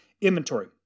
inventory